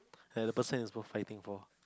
like the person is worth fighting for